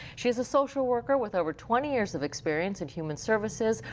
she is a social worker with over twenty years of experience in human services.